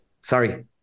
Sorry